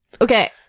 Okay